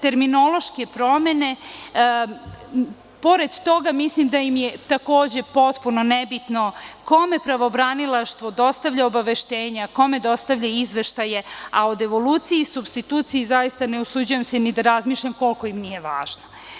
Pored toga mislim da im je takođe potpuno nebitno kome pravobranilaštvo dostavlja obaveštenja, kome dostavlja izveštaje, a o devoluciji i supstituciji zaista se ne usuđujem ni da razmišljam koliko im nije važno.